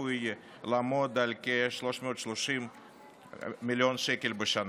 שצפוי לעמוד על כ-330 מיליון שקל בשנה.